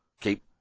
keep